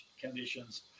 conditions